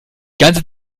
ganze